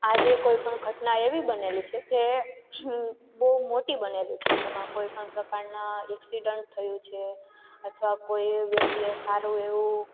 આજે કોઈપણ ઘટના એવી બનેલી છે જે બહુ મોટી બનેલી છે જેમાં કોઈપણ પ્રકારના એક્સિડન્ટ થયું છે અથવા કોઈ વ્યક્તિએ સારું એવું